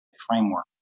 framework